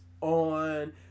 on